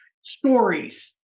Stories